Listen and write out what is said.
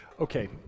Okay